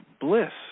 bliss